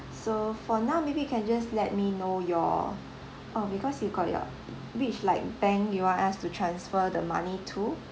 so for now maybe you can just let me know your uh because you got your which like bank you want us to transfer the money to